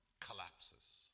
collapses